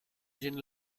oyen